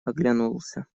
оглянулся